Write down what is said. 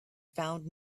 found